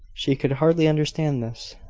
she could hardly understand this.